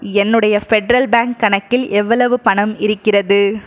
என்னுடைய Federal Bank கணக்கில் எவ்வளவு பணம் இருக்கிறது